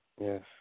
yes